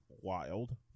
Wild